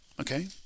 okay